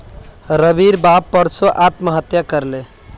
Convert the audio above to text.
रविर बाप परसो आत्महत्या कर ले